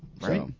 right